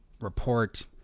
report